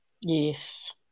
Yes